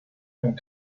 font